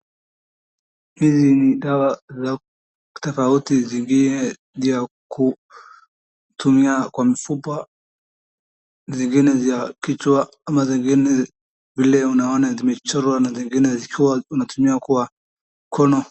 Hizi ni dawa za tofauti zingine vya kutumia kwa mfupa zingine za kichwa ama zingine vile unaona zimechorwa na zingine zikiwa unatumia kwa mkono.